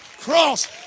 cross